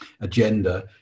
agenda